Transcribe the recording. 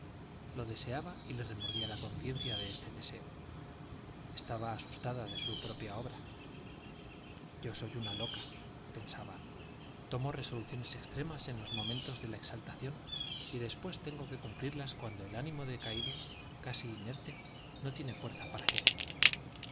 lo deseaba y le remordía la conciencia de este deseo estaba asustada de su propia obra yo soy una loca pensaba tomo resoluciones extremas en los momentos de la exaltación y después tengo que cumplirlas cuando el ánimo decaído casi inerte no tiene fuerza para querer